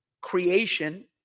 creation